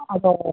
ᱟᱫᱚ